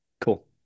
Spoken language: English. cool